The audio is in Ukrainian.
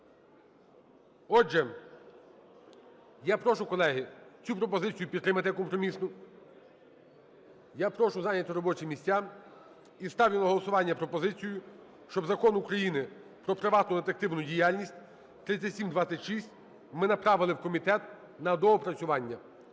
Отже, я прошу, колеги, цю пропозицію підтримати, компромісну. Я прошу зайняти робочі місця. І ставлю на голосування пропозицію, щоб Закон України про приватну детективну діяльність (3726) ми направили в комітет на доопрацювання.